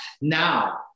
Now